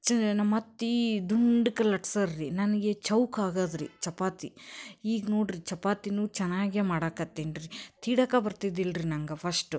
ಚ್ ನಮ್ಮ ಅತ್ತೆ ದುಂಡಗ್ ಲಟ್ಸರ್ ರೀ ನನಗೆ ಚೌಕ ಆಗೋದ್ ರೀ ಚಪಾತಿ ಈಗ ನೋಡಿರಿ ಚಪಾತಿನೂ ಚೆನ್ನಾಗೇ ಮಾಡಕ್ಕತ್ತೀನಿ ರೀ ತೀಡಕ್ಕೇ ಬರ್ತಿದ್ದಿಲ್ಲ ರೀ ನಂಗೆ ಫಶ್ಟು